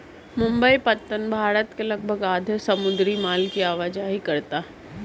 मुंबई पत्तन भारत के लगभग आधे समुद्री माल की आवाजाही करता है